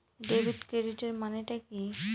Debit ক্রেডিটের মানে টা কি?